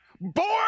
born